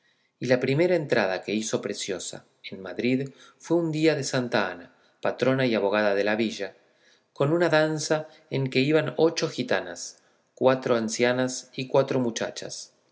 y la primera entrada que hizo preciosa en madrid fue un día de santa ana patrona y abogada de la villa con una danza en que iban ocho gitanas cuatro ancianas y cuatro muchachas